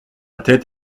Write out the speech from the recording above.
tête